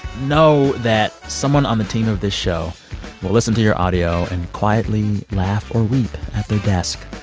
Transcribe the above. know that someone on the team of this show will listen to your audio and quietly laugh or weep at their desk.